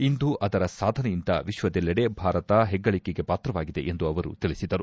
ಇಂದು ಅದರ ಸಾಧನೆಯಿಂದ ವಿಶ್ವದೆಲ್ಲೆಡೆ ಭಾರತ ಹೆಗ್ಗಳಿಕೆಗೆ ಪಾತ್ರವಾಗಿದೆ ಎಂದು ಅವರು ತಿಳಿಸಿದರು